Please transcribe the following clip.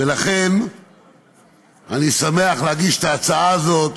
ולכן אני שמח להגיש את ההצעה הזאת